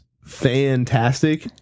fantastic